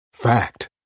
Fact